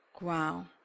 Wow